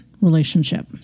relationship